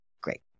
great